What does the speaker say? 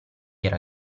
era